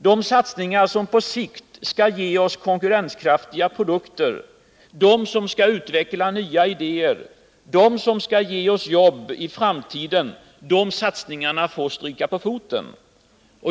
De satsningar som på sikt skall ge oss konkurrenskraftiga produkter, utveckla nya ideér och ge oss jobb i framtiden får stryka på foten.